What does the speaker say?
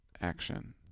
action